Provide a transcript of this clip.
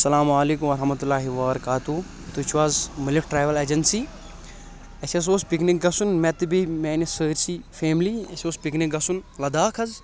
اسلامُ علیکم ورحمتہُ اللہِ وبرکاتہ تُہۍ چھوا حظ مٔلِکھ ٹریول ایٚجنسی اَسہِ حظ اوس پِکنِک گژھُن مےٚ تہٕ بیٚیہِ میٛأنِس سأرۍ سےٕ فیملی اَسہِ اوس پِکنِک گژھُن لداخ حظ